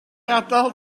adael